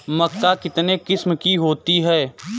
मक्का कितने किस्म की होती है?